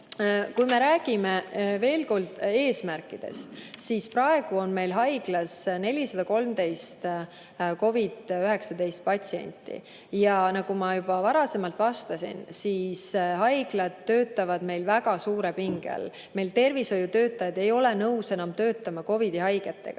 peale. Räägime veel kord eesmärkidest. Praegu on meil haiglas 413 COVID‑19 patsienti ja nagu ma juba vastasin, siis haiglad töötavad meil väga suure pinge all. Tervishoiutöötajad ei ole nõus enam töötama COVID‑i haigetega.